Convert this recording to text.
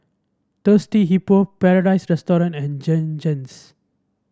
Thirsty Hippo Paradise Restaurant and Jergens